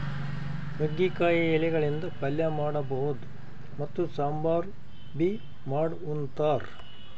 ನುಗ್ಗಿಕಾಯಿ ಎಲಿಗಳಿಂದ್ ಪಲ್ಯ ಮಾಡಬಹುದ್ ಮತ್ತ್ ಸಾಂಬಾರ್ ಬಿ ಮಾಡ್ ಉಂತಾರ್